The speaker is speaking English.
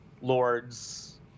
Lords